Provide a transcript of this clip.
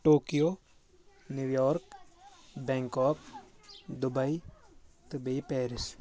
Tokyo New York Bangkok Dubai تہٕ بیٚیہِ Paris